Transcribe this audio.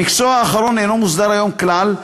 המקצוע האחרון אינו מוסדר היום כלל,